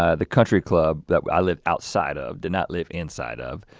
ah the country club that i lived outside of, did not live inside of,